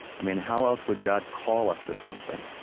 how else would god call us to something?